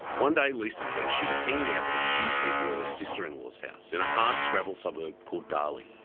one day, lisa says, she was hanging out with a few people at her sister-in-law's house in a hard-scrabble suburb called darley.